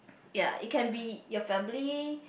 ya it can be your family